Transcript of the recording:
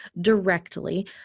directly